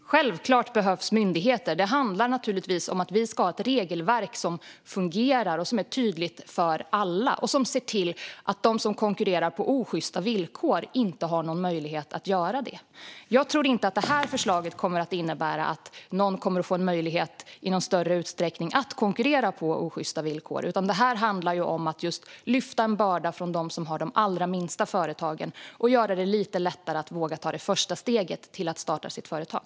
Herr talman! Självklart behövs myndigheter! Det handlar om att vi ska ha ett regelverk som fungerar, som är tydligt för alla och som ser till att de som konkurrerar på osjysta villkor inte har någon möjlighet att göra det. Jag tror inte att det här förslaget kommer att innebära att någon i större utsträckning kommer att ha möjlighet att konkurrera på osjysta villkor, utan det handlar om att lyfta en börda från de allra minsta företagen och göra det lite lättare att våga ta det första steget för dem som vill starta ett företag.